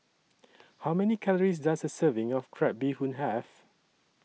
How Many Calories Does A Serving of Crab Bee Hoon Have